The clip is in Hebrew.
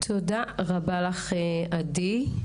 תודה רבה לך, עדי.